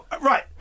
right